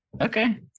Okay